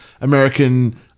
American